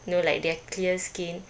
you know like their clear skin